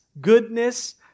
goodness